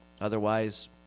Otherwise